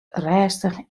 rêstich